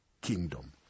kingdom